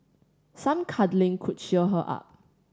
some cuddling could cheer her up